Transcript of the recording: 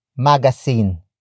Magazine